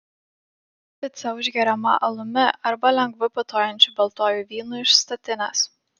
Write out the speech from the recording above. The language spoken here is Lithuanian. pica užgeriama alumi arba lengvu putojančiu baltuoju vynu iš statinės